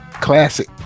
Classic